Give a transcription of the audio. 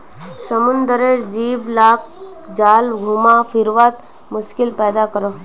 समुद्रेर जीव लाक जाल घुमा फिरवात मुश्किल पैदा करोह